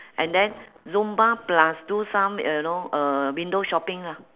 and then zumba plus do some uh you know uh window shopping lah